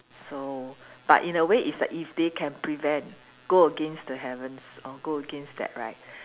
so but in a way is that if they can prevent go against the heavens or go against that right